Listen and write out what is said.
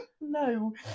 No